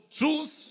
truth